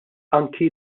anki